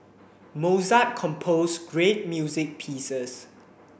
Mozart composed great music pieces